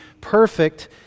perfect